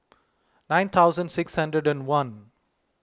nine thousand six hundred and one